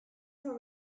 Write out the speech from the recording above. for